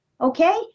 okay